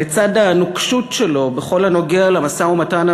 אבל לצד הנוקשות שלו בכל הנוגע למשא-ומתן